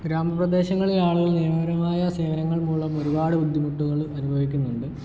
ഗ്രാമ പ്രദേശങ്ങളിലെ ആളുകൾ നിയമപരമായ സേവനങ്ങൾ മൂലം ഒരുപാട് ബുദ്ധിമുട്ടുകൾ അനുഭവിക്കുന്നുണ്ട്